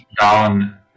down